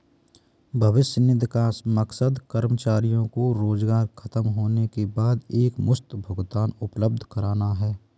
भविष्य निधि का मकसद कर्मचारियों को रोजगार ख़तम होने के बाद एकमुश्त भुगतान उपलब्ध कराना है